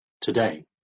today